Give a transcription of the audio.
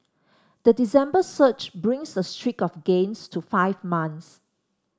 the December surge brings the streak of gains to five months